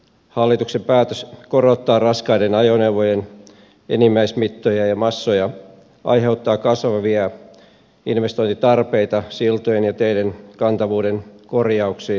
hallituksen päätös korottaa raskaiden ajoneuvojen enimmäismittoja ja massoja aiheuttaa kasvavia investointitarpeita siltojen ja teiden kantavuuden korjauksiin